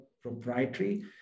proprietary